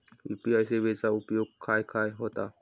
UPI सेवेचा उपयोग खाय खाय होता?